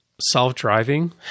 self-driving